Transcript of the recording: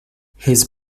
his